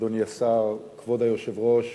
כבוד היושב-ראש